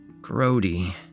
Grody